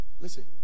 listen